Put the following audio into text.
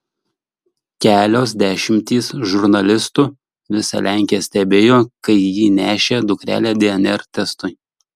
kelios dešimtys žurnalistų visa lenkija stebėjo kai ji nešė dukrelę dnr testui